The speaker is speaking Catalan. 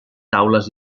taules